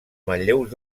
manlleus